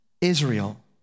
Israel